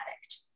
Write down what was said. addict